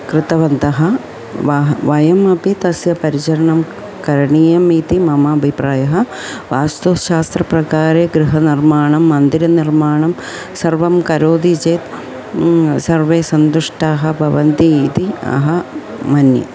कृतवन्तः वयं वयमपि तस्य परिचरणं करणीयम् इति मम अभिप्रायः वास्तुशास्त्रप्रकारे गृहनिर्माणं मन्दिरनिर्माणं सर्वं करोति चेत् सर्वे सन्तुष्टाः भवन्ति इति अहं मन्ये